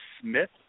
Smith